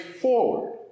forward